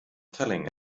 telling